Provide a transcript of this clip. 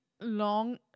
long